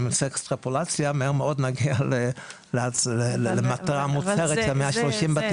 אם נעשה אקסטרפולציה מהר מאוד נגיע למטרה המוצהרת של 130 בתים,